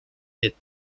llet